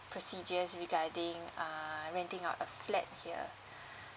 procedures regarding err renting out a flat here